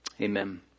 amen